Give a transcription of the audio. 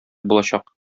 булачак